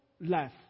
life